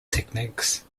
techniques